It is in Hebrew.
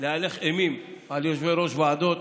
להלך אימים על יושבי-ראש ועדות